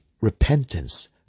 repentance